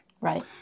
Right